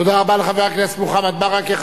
תודה רבה לחבר הכנסת מוחמד ברכה.